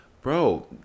Bro